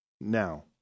now